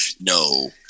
No